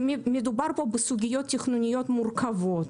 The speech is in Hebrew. מדובר בסוגיות תכנוניות מורכבות.